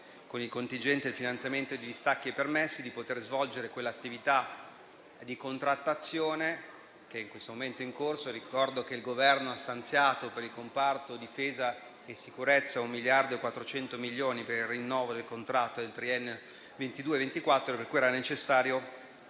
con il finanziamento del contingente di distacchi e permessi, di poter svolgere quell'attività di contrattazione che in questo momento è in corso. Ricordo che il Governo ha stanziato per il comparto difesa e sicurezza un miliardo e 400 milioni per il rinnovo del contratto del triennio 2022-2024 per cui era necessario